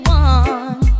one